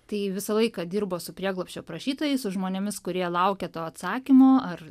tai visą laiką dirbo su prieglobsčio prašytojais su žmonėmis kurie laukė to atsakymo ar